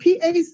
PAC